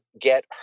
get